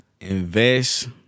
invest